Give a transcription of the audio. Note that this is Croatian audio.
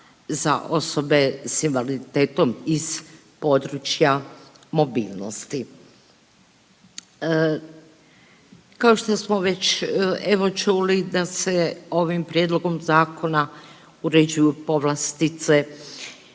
za osobe sa invaliditetom iz područja mobilnosti. Kao što smo već evo čuli da se ovim prijedlogom zakona uređuju povlastice